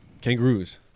kangaroos